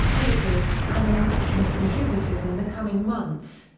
editors, analysts and contributors in the coming months.